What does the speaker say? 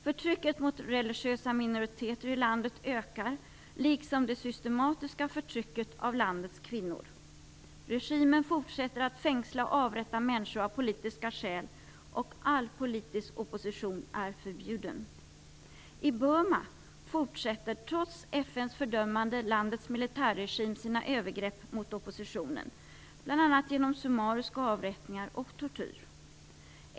Förtrycket mot religiösa minoriteter i landet ökar liksom det systematiska förtrycket av landets kvinnor. Regimen fortsätter att fängsla och avrätta människor av politiska skäl, och all politisk opposition är förbjuden. I Burma fortsätter, trots FN:s fördömande, landets militärregim sina övergrepp mot oppositionen, bl.a. genom summariska avrättningar och tortyr.